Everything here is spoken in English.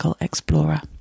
explorer